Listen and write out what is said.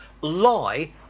lie